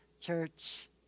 church